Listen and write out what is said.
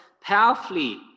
powerfully